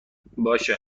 باشه